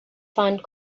find